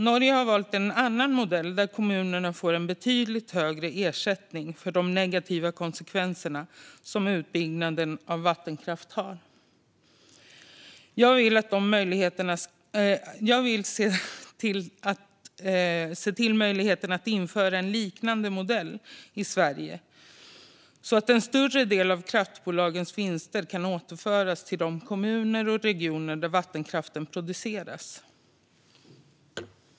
Norge har valt en annan modell där kommunerna får en betydligt högre ersättning för de negativa konsekvenserna av utbyggnaden av vattenkraften. Jag vill att möjligheterna att införa en liknande modell i Sverige bör ses över framöver så att en större del av kraftbolagens vinster kan återföras till de kommuner och regioner där vattenkraften produceras.